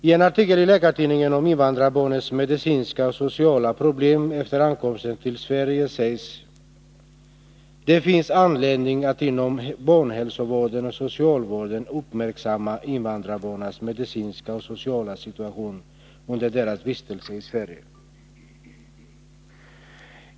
I en artikel i Läkartidningen om invandrarbarnens medicinska och sociala problem efter ankomsten till Sverige sägs: ”Det finns anledning att inom barnhälsovården och socialvården uppmärksamma invandrarbarnens medicinska och sociala situation under deras vistelse i Sverige.